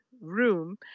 room